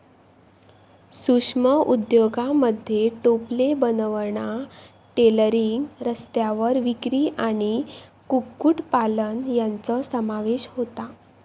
सूक्ष्म उद्योगांमध्ये टोपले बनवणा, टेलरिंग, रस्त्यावर विक्री आणि कुक्कुटपालन यांचो समावेश होता